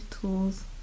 tools